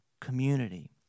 community